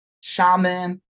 shaman